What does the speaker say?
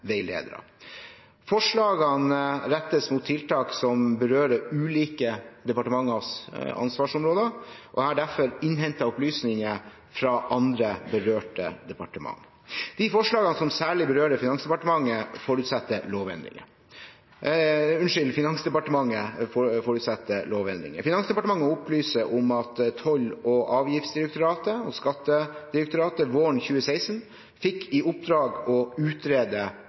veiledere. Forslagene rettes mot tiltak som berører ulike departementers ansvarsområder, og jeg har derfor innhentet opplysninger fra andre berørte departementer. De forslagene som særlig berører Finansdepartementet, forutsetter lovendringer. Finansdepartementet opplyser om at Toll- og avgiftsdirektoratet og Skattedirektoratet våren 2016 fikk i oppdrag å utrede